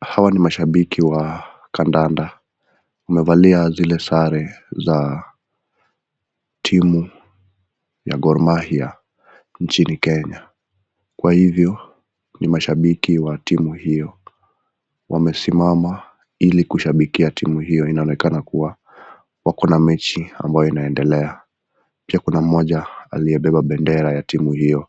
Hawa ni mashabiki wa kandanda. Wamevalia zile sare za timu ya Gormahia nchini Kenya, kwa hivyo ni mashibiki wa timu hiyo wamesimama ili kushabikia timu hiyo. Inaonekana kuwa wako na mechi ambayo inaendelea. Pia kuna mmoja aliyebeba bendera ya timu hiyo